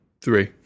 three